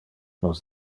nos